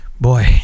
Boy